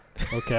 okay